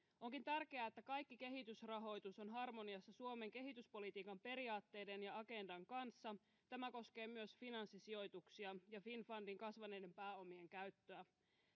onkin tärkeää että kaikki kehitysrahoitus on harmoniassa suomen kehityspolitiikan periaatteiden ja agendan kanssa tämä koskee myös finanssisijoituksia ja finnfundin kasvaneiden pääomien käyttöä